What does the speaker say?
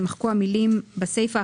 יימחק המילים בסיפה,